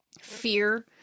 fear